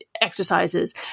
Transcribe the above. exercises